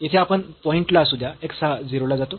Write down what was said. येथे या पॉईंट ला असुद्या x हा 0 ला जातो